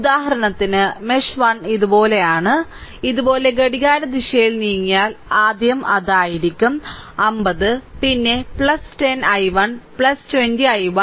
ഉദാഹരണത്തിന് മെഷ് 1 ഇതുപോലെയാണ് ഇതുപോലെ ഘടികാരദിശയിൽ നീങ്ങിയാൽ അത് ആദ്യം ആയിരിക്കും 50 പിന്നെ 10 i1 20 i1